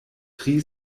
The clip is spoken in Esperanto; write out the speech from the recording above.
tri